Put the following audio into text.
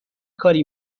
کاری